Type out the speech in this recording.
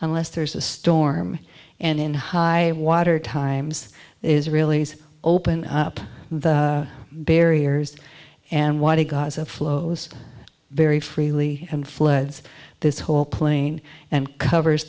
unless there's a storm and in high water times israelis open up the barriers and why gaza flows very freely and floods this whole plane and covers